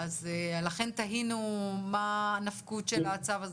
לכן תהינו מה הנפקות של הצו הזה.